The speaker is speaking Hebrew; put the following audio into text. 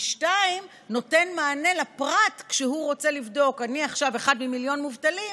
2. נותן מענה לפרט כשהוא רוצה לבדוק: אני עכשיו אחד ממיליון מובטלים,